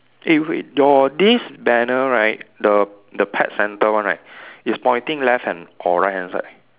eh wait your this banner right the the pet centre one right is pointing left and or right hand side